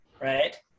right